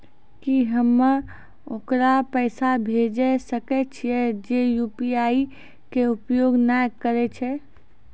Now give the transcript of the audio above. की हम्मय ओकरा पैसा भेजै सकय छियै जे यु.पी.आई के उपयोग नए करे छै?